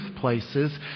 places